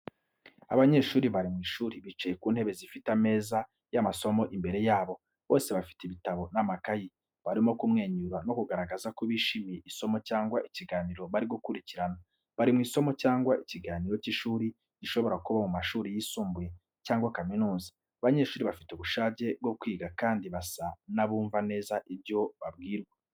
Abanyeshuri bari mu ishuri, bicaye ku ntebe zifite ameza y’amasomo imbere yabo. Bose bafite ibitabo n’amakayi, barimo kumwenyura no kugaragaza ko bishimiye isomo cyangwa ikiganiro bari gukurikirana. Bari mu isomo cyangwa ikiganiro cy’ishuri gishobora kuba mu mashuri yisumbuye cyangwa kaminuza. Abanyeshuri bafite ubushake bwo kwiga kandi basa n’abumva neza ibyo babwirwa.